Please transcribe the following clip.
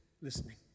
listening